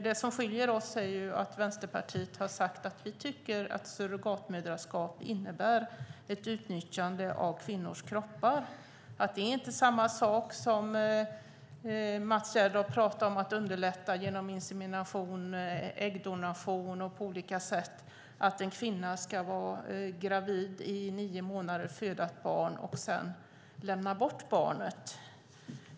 Det som skiljer oss är att Vänsterpartiet har sagt att vi tycker att surrogatmoderskap innebär ett utnyttjande av kvinnors kroppar. Det är inte samma sak. Mats Gerdau pratar om att underlätta genom insemination, äggdonation och på olika sätt att en kvinna ska vara gravid i nio månader, föda ett barn och sedan lämna bort barnet.